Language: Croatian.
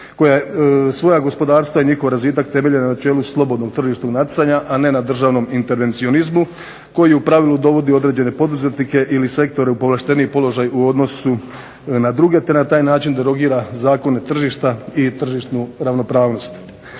koja svoja gospodarstva i njihov razvitak temelje na načelu slobodnog tržišnog natjecanja, a ne na državnom intervencionizmu koji u pravilu dovodi određene poduzetnike ili sektore u povlašteniji položaj u odnosu na druge te na taj način derogira zakone tržišta i tržišnu ravnopravnost.